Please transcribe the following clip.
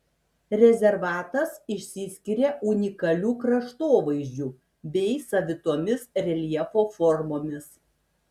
rezervatas išsiskiria unikaliu kraštovaizdžiu bei savitomis reljefo formomis